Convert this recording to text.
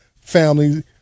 family